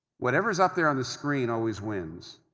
whatever is up there on the screen always wins,